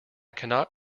cannot